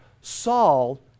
Saul